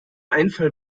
einfall